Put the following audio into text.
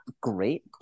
great